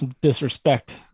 disrespect